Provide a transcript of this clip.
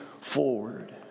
forward